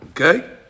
Okay